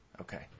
Okay